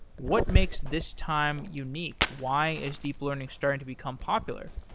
what makes this time unique? why is deep learning starting to become popular?